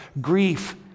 Grief